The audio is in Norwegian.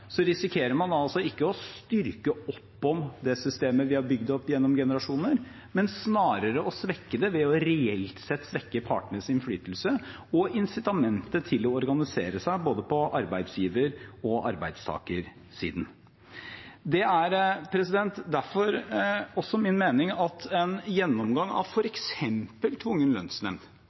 risikerer man ikke å styrke det systemet vi har bygd opp gjennom generasjoner, men snarere å svekke det ved å reelt sett svekke partenes innflytelse og incitamentet til å organisere seg på både arbeidsgiver- og arbeidstakersiden. Det er derfor også min mening at en gjennomgang av f.eks. tvungen lønnsnemnd,